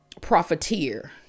profiteer